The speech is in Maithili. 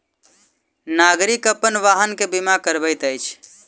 नागरिक अपन वाहन के बीमा करबैत अछि